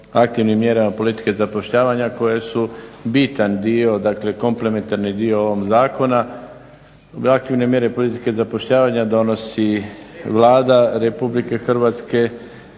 aktivnim mjerama politike zapošljavanja koje su bitan dio, dakle komplementarni dio ovog zakona. Aktivne mjere politike zapošljavanja donosi Vlada Republike Hrvatske,